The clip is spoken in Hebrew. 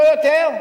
לא יותר,